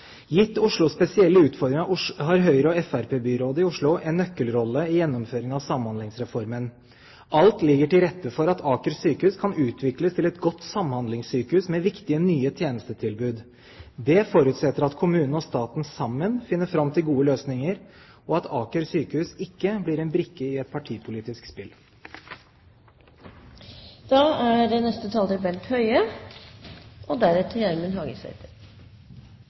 Gitt Oslos spesielle utfordringer har Høyre–Fremskrittsparti-byrådet i Oslo en nøkkelrolle i gjennomføringen av Samhandlingsreformen. Alt ligger til rette for at Aker sykehus kan utvikles til et godt samhandlingssykehus med viktige nye tjenestetilbud. Det forutsetter at kommunen og staten sammen finner fram til gode løsninger, og at Aker sykehus ikke blir en brikke i et partipolitisk